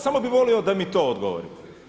Samo bih volio da mi to odgovorite.